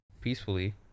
peacefully